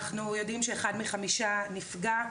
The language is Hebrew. אנחנו יודעים שאחד מחמישה נפגע.